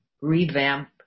revamp